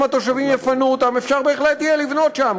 ואם התושבים יפנו אותן אפשר יהיה בהחלט לבנות שם,